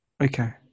Okay